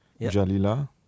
Jalila